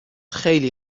خیلی